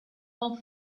all